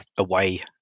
away